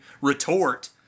retort